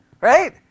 Right